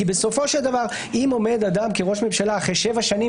כי בסופו של דבר אם עומד אדם כראש ממשלה אחרי שבע שנים